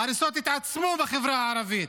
ההריסות התעצמו בחברה הערבית.